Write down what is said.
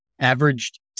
averaged